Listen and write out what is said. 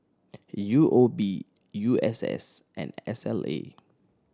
U O B U S S and S L A